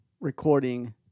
recording